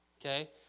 okay